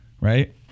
right